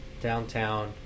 Downtown